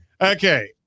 Okay